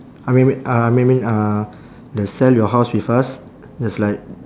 I mean m~ uh I mean I mean uh the sell your house with us there's like